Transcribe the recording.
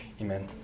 amen